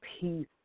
peace